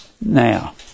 Now